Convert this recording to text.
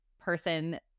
person